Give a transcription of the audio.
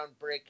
groundbreaking